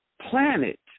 planet